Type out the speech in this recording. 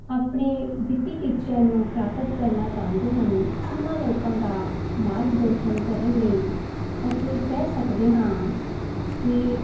ਆਪਣੇ ਵਿੱਤੀ ਟੀਚਿਆਂ ਨੂੰ ਪ੍ਰਾਪਤ ਕਰਨਾ ਚਾਹੁੰਦੇ ਹਨ ਉਹਨਾਂ ਲੋਕਾਂ ਦਾ ਮਾਰਗਦਰਸ਼ਨ ਕਰਨ ਲਈ ਅਸੀਂ ਕਹਿ ਸਕਦੇ ਹਾਂ ਕਿ